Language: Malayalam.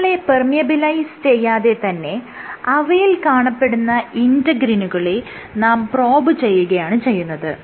കോശങ്ങളെ പെർമിയബിലൈസ് ചെയ്യാതെ തന്നെ അവയിൽ കാണപ്പെടുന്ന ഇന്റെഗ്രിനുകളെ നാം പ്രോബ് ചെയ്യുകയാണ് ചെയ്യുന്നത്